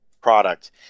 product